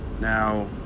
Now